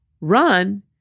run